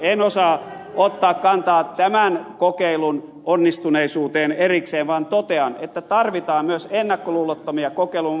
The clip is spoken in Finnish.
en osaa ottaa kantaa tämän kokeilun onnistuneisuuteen erikseen vaan totean että tarvitaan myös ennakkoluulottomia kokeiluja